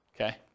okay